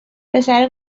پسره